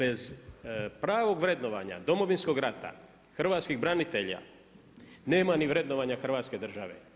Jer bez pravog vrednovanja Domovinskog rata, hrvatskih branitelja nema ni vrednovanja Hrvatske države.